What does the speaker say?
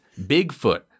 Bigfoot